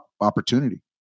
opportunity